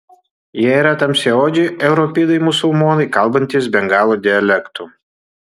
jie yra tamsiaodžiai europidai musulmonai kalbantys bengalų dialektu